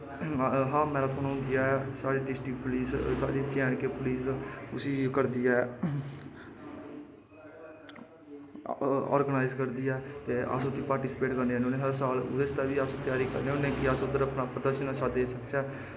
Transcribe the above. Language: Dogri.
हां मैराथन होंदी ऐ साढ़ी डिस्टिक पुलस ओह् साढ़ी जे ऐंड के पुलस उस्सी करदी ऐ आरगनाईज़ करदी ऐ ते अस उत्थै पार्टिसिपेट करन जन्ने होन्ने हर साल ओह्दै आस्तै बी अस त्यारी करने होन्ने कि ओह्दै आस्तै उत्थै अस अपना प्रदर्शन देई सकचै